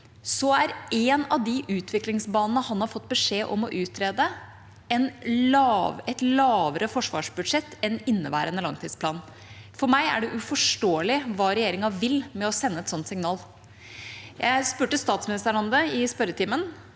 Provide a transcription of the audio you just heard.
er en av de utviklingsbanene han har fått beskjed om å utrede, et lavere forsvarsbudsjett enn inneværende langtidsplan. For meg er det uforståelig hva regjeringa vil med å sende et slikt signal. Jeg spurte statsministeren om det i spørretimen.